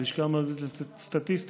הלשכה המרכזית לסטטיסטיקה,